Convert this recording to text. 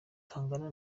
tungana